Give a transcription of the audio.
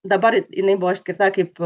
dabar jinai buvo išskirta kaip